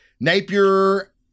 Napier